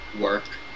work